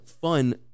fun